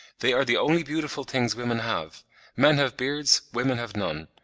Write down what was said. they are the only beautiful things women have men have beards, women have none.